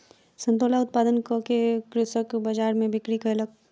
संतोला उत्पादन कअ के कृषक बजार में बिक्री कयलक